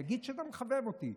תגיד שאתה מחבב אותי.